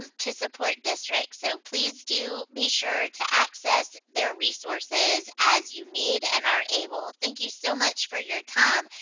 um to support districts. so please do be sure to access their resources as you need and are able. thank you so much for your time.